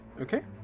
Okay